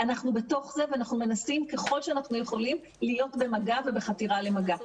ואנחנו מנסים ככל שאנחנו יכולים להיות במגע ובחתירה למגע.